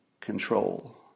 control